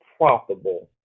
profitable